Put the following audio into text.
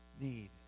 need